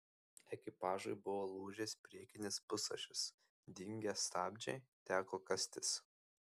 ekipažui buvo lūžęs priekinis pusašis dingę stabdžiai teko kastis